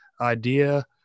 idea